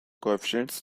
coefficients